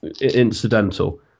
incidental